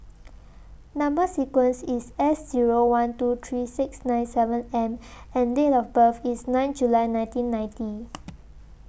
Number sequence IS S Zero one two three six nine seven M and Date of birth IS nine July nineteen ninety